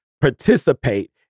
participate